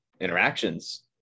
interactions